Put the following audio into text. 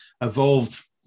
evolved